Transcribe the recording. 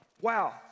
Wow